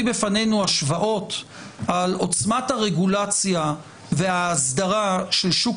בפנינו השוואות על עוצמת הרגולציה וההסדרה של שוק